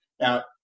Now